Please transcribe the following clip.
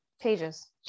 pages